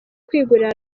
kwigurira